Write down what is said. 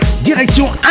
Direction